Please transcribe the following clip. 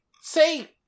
say